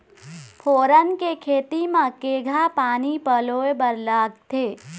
फोरन के खेती म केघा पानी पलोए बर लागथे?